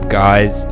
guys